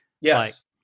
yes